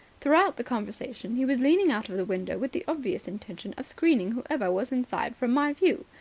throughout the conversation he was leaning out of the window with the obvious intention of screening whoever was inside from my view.